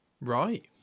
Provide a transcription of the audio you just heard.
right